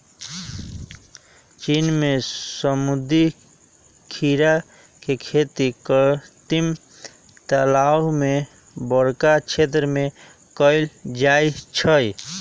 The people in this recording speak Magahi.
चीन में समुद्री खीरा के खेती कृत्रिम तालाओ में बरका क्षेत्र में कएल जाइ छइ